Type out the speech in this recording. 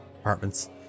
apartments